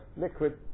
liquid